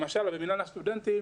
למשל, במנהל הסטודנטים